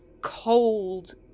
cold